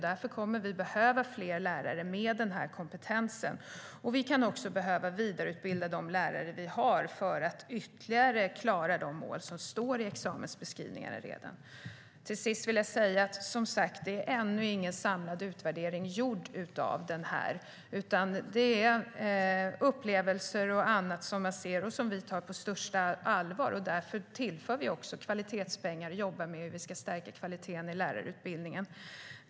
Därför kommer vi att behöva fler lärare med den här kompetensen. Vi kan också behöva vidareutbilda de lärare vi har för att ytterligare klara de mål som redan står i examensbeskrivningarna. Till sist vill jag säga att det som sagt inte finns någon samlad utvärdering, utan det är människors upplevelser och annat som jag tar del av, och vi tar detta på största allvar. Därför tillför vi också kvalitetspengar och jobbar med hur vi ska stärka kvaliteten i lärarutbildningen.